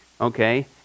okay